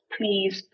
Please